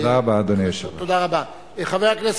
תודה רבה, אדוני היושב-ראש.